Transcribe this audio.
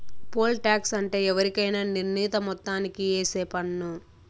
pole tax అంటే ఎవరికైనా నిర్ణీత మొత్తానికి ఏసే పన్ను